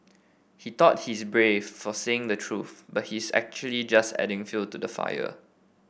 he thought he's brave for saying the truth but his actually just adding fuel to the fire